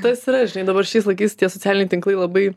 tas yra žinai dabar šiais laikais tie socialiniai tinklai labai